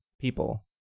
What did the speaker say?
people